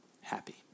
happy